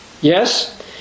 Yes